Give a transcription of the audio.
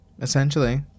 Essentially